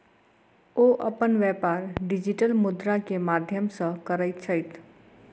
ओ अपन व्यापार डिजिटल मुद्रा के माध्यम सॅ करैत छथि